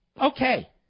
Okay